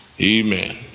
Amen